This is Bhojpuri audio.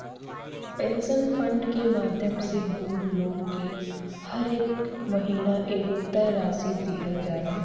पेंशन फंड के माध्यम से बूढ़ लोग के हरेक महीना एगो तय राशि दीहल जाला